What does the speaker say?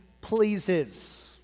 pleases